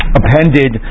appended